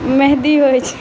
मेहदी होइ छै